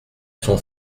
son